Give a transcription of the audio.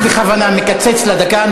אני בכוונה מקצץ לה דקה,